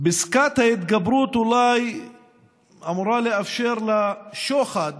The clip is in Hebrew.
פסקת ההתגברות אולי אמורה לאפשר לשוחד